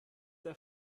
der